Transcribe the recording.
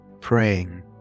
praying